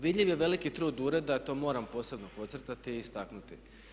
Vidljiv je veliki trud to moram posebno podcrtati i istaknuti.